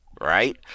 Right